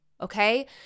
okay